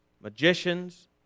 magicians